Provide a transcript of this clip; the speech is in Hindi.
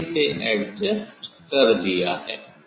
मैंने इसे एडजस्ट कर दिया है